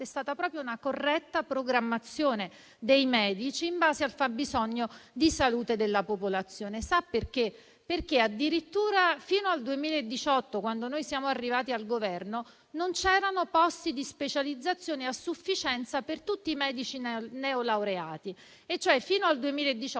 stata proprio una corretta programmazione dei medici in base al fabbisogno di salute della popolazione. Sa perché? Addirittura fino al 2018, quando noi siamo arrivati al Governo, non c'erano posti di specializzazione a sufficienza per tutti i medici neolaureati. Cioè fino al 2018